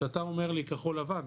כשאתה אומר לי 'כחול לבן',